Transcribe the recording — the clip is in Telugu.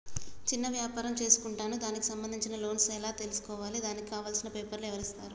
చిన్న వ్యాపారం చేసుకుంటాను దానికి సంబంధించిన లోన్స్ ఎలా తెలుసుకోవాలి దానికి కావాల్సిన పేపర్లు ఎవరిస్తారు?